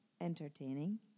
entertaining